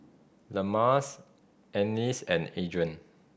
Lemma's Ennis and Adrien